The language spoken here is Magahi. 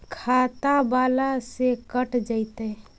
खाता बाला से कट जयतैय?